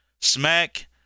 Smack